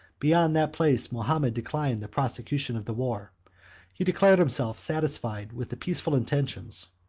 beyond that place mahomet declined the prosecution of the war he declared himself satisfied with the peaceful intentions,